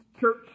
church